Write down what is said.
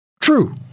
true